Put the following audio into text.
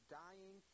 dying